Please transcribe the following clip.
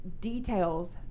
details